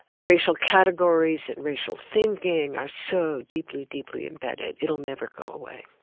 racial categories and racial thinking are so deeply, deeply embedded it'll never go away.